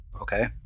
Okay